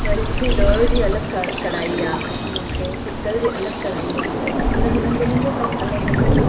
वरी मूंखे लोह जी अलॻि कढ़ाई आहे ऐं मूंखे पितल जी अलॻि कढ़ाई आहे त हुननि ॿिनिनि जो कम अलॻि अलॻि आहे